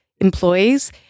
employees